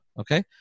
okay